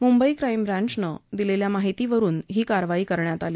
Mumbai crime ब्रँचने दिलेल्या माहितीवरुन ही कारवाई करण्यात आली